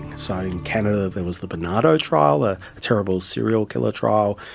so in canada there was the bernardo trial, a terrible serial killer trial.